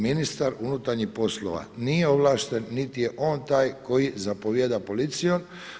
Ministar unutarnjih poslova nije ovlašten niti je on taj koji zapovijeda policijom.